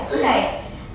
(uh huh)